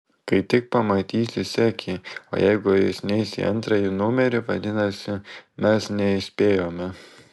kai tik pamatysi sek jį o jeigu jis neis į antrąjį numerį vadinasi mes neįspėjome